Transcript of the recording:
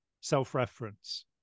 self-reference